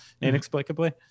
inexplicably